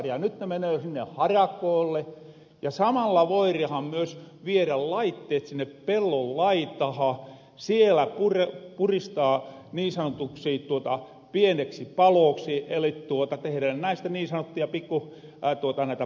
nyt ne menöö sinne harakoolle ja samalla voirahan myös vierä laitteet sinne pellon laitaha siellä puristaa niin sanotuksi pieneksi palooksi eli tehrä näistä niin sanottuja pikku prikettiä